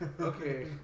Okay